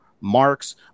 marks